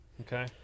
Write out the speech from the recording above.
Okay